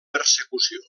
persecució